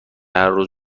هرروز